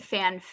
Fan